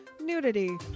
nudity